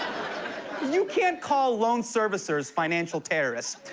you can't call loan servicers financial terrorists.